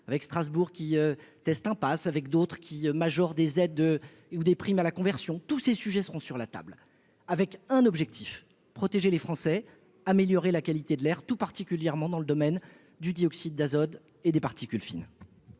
avec Strasbourg qui testent impasse avec d'autres qui major des aides ou des primes à la conversion, tous ces sujets seront sur la table, avec un objectif : protéger les Français, améliorer la qualité de l'air, tout particulièrement dans le domaine du dioxyde d'azote et des particules fines.